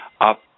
up